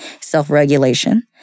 self-regulation